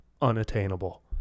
unattainable